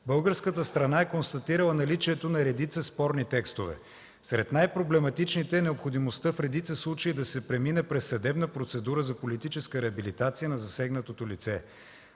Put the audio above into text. българската страна е констатирала наличието на редица спорни текстове. Сред най-проблематичните е необходимостта в редица случаи да се премине през съдебна процедура за политическа реабилитация на засегнатото лице.